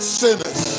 sinners